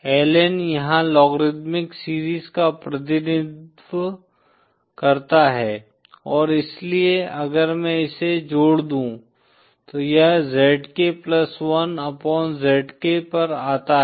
Ln यहाँ logarithmic series का प्रतिनिधित्व करता है और इसलिए अगर मैं इसे जोड़ दूं तो यह zk प्लस 1 अपॉन zk पर आता है